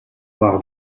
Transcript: war